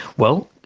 well,